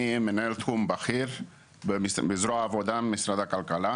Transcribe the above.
ואני מנהל תחום בכיר בזרוע העבודה במשרד הכלכלה.